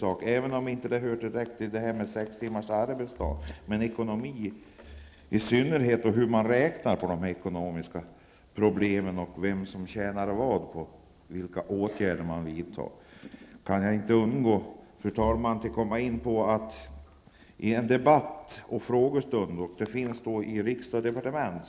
Och även om det inte hör till frågan om sex timmars arbetsdag, kan jag inte låta bli att komma in på en annan sak. I tidningen Från riksdag och departement kunde man läsa om en frågestund som hade hållits i riksdagen.